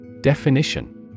Definition